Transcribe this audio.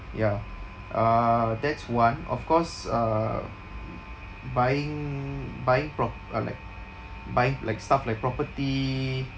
ya uh that's one of course uh buying buying prop~ uh like buying like stuff like property